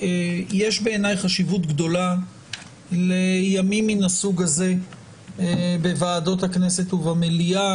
יש בעיניי חשיבות גדולה לימים מהסוג הזה בוועדות הכנסת ובמליאה.